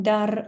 Dar